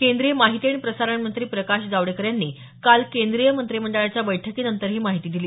केंद्रीय माहिती आणि प्रसारण मंत्री प्रकाश जावडेकर यांनी काल केंद्रीय मंत्रिमंडळाच्या बैठकीनंतर ही माहिती दिली